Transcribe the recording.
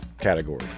category